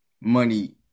money